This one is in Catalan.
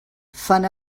fan